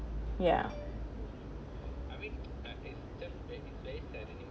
ya